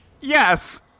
Yes